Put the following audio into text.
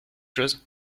chose